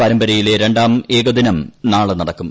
പരമ്പ്ര്യിലെ രണ്ടാം ഏകദിനം നാളെ നടക്കും